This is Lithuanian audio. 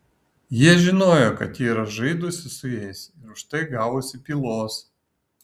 jie žinojo kad ji yra žaidusi su jais ir už tai gavusi pylos